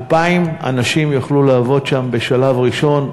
2,000 אנשים יוכלו לעבוד שם בשלב ראשון.